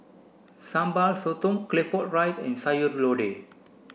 Sambal Sotong Claypot Rice and Sayur Lodeh